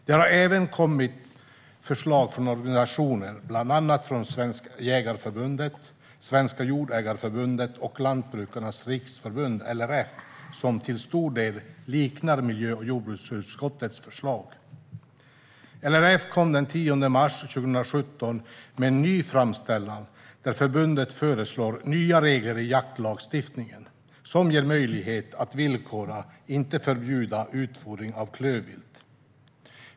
Det har även kommit förslag från organisationer, bland annat från Svenska Jägareförbundet, Sveriges Jordägareförbund och Lantbrukarnas Riksförbund, LRF, som till stor del liknar miljö och jordbruksutskottets förslag. LRF kom den 10 mars 2017 med en ny framställan där förbundet föreslår nya regler i jaktlagstiftningen som ger möjlighet att villkora, inte förbjuda, utfodring av klövvilt.